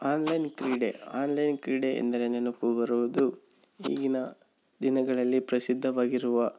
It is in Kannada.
ಆನ್ಲೈನ್ ಕ್ರೀಡೆ ಆನ್ಲೈನ್ ಕ್ರೀಡೆ ಎಂದರೆ ನೆನಪು ಬರುವುದು ಈಗಿನ ದಿನಗಳಲ್ಲಿ ಪ್ರಸಿದ್ಧವಾಗಿರುವ